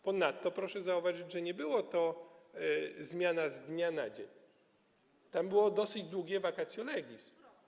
Ponadto proszę zauważyć, że nie była to zmiana z dnia na dzień, tam było dosyć długie vacatio legis.